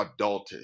adultish